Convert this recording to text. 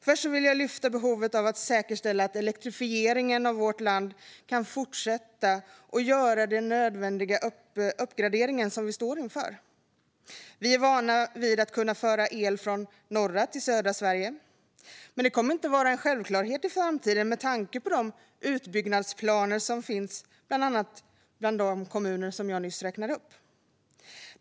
Först vill jag lyfta upp behovet av att säkerställa att elektrifieringen av vårt land kan fortsätta och att den nödvändiga uppgraderingen görs. Vi är vana att kunna föra el från norra till södra Sverige. Men det kommer inte att vara en självklarhet i framtiden med tanke på de utbyggnadsplaner som finns i bland annat de kommuner jag nyss räknade upp.